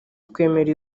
twemera